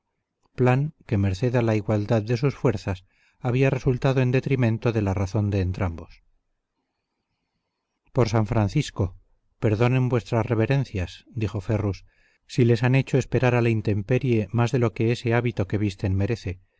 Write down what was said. plan que merced a la igualdad de sus fuerzas había resultado en detrimento de la razón de entrambos por san francisco perdonen vuestras reverencias dijo ferrus si les han hecho esperar a la intemperie más de lo que ese hábito que visten merece